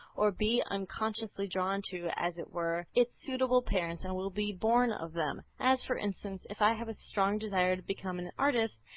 or be unconsciously drawn to, as it were, its suitable parents and will be born of them. as, for instance, if i have a strong desire to become an artist,